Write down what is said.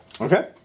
Okay